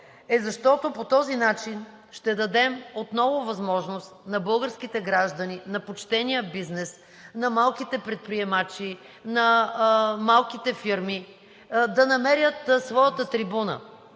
защото по този начин ще дадем отново възможност на българските граждани, на почтения бизнес, на малките предприемачи, на малките фирми да намерят своята трибуна